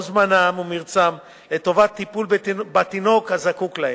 זמנם ומרצם לטובת טיפול בתינוק הזקוק להם.